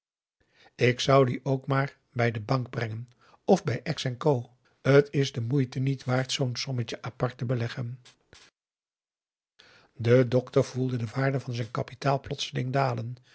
ik zou die ook maar bij de bank brengen of bij ex en co t is de moeite niet waard zoo'n sommetje a p a r t te beleggen de dokter voelde de waarde van zijn kapitaal plotseling dalen